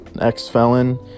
ex-felon